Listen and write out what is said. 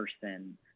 person